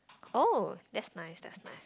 oh that's nice that's nice